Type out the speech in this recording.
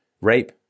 Rape